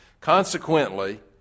Consequently